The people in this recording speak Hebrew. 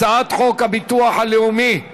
הצעת חוק הביטוח הלאומי (תיקון,